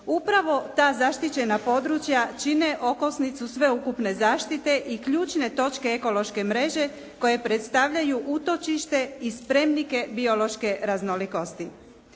Upravo ta zaštićena područja čine okosnicu sveukupne zaštite i ključne točke ekološke mreže koje predstavljaju utočište i spremnike biološke raznolikosti.